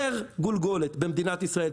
פר גולגולת במדינת ישראל,